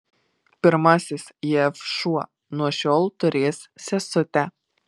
pirmasis jav šuo nuo šiol turės sesutę